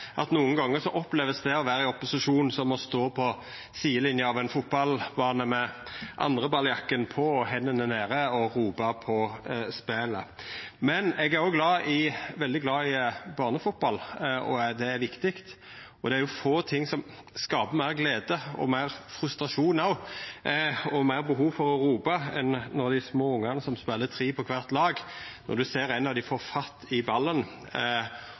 at nokre gonger vert det å vera i opposisjon opplevd som å stå på sidelinja av ein fotballbane med «andreballjakka» på, hendene nede og ropa på spelet. Men eg er òg veldig glad i barnefotball, det er viktig. Det er få ting som skapar meir glede, meir frustrasjon og meir behov for å ropa enn når ein ser på dei små ungane som spelar tre på kvart lag, og ein av dei får fatt i ballen